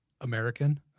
American